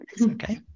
okay